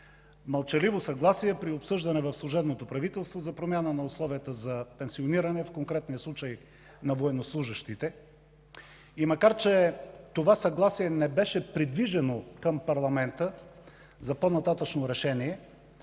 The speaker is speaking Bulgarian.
мълчаливо съгласие при обсъждане в служебното правителство за промяна на условията за пенсиониране, в конкретния случай на военнослужещите. И макар че това съгласие не беше придвижено към парламента за по-нататъшно решение,